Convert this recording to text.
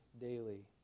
daily